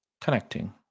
Connecting